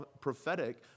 prophetic